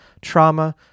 trauma